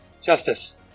Justice